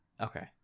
Okay